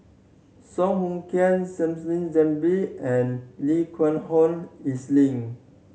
Song Hoot Kiam Salleh Japar and Lee Geck Hoon